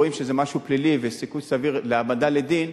רואים שזה משהו פלילי ויש סיכוי סביר להעמדה לדין,